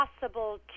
possible